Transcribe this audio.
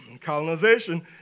Colonization